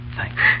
Thanks